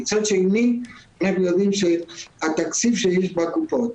מצד שני אנחנו יודעים שהתקציב שיש בקופות